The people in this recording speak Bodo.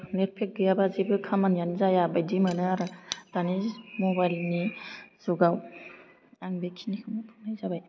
नेट फेक गैयाबा जेबो खामानियानो जाया बायदि मोनो आरो दानि मबाइल नि जुगाव आं बे खिनि खौनो बुंनाय जाबाय